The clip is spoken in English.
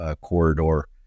corridor